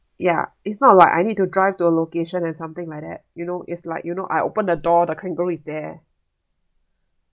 ya it's not like I need to drive to a location and something like that you know is like you know I open the door the kangaroo is there